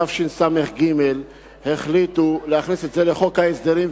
בתשס"ג החליטו להכניס את זה לחוק ההסדרים,